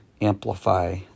amplify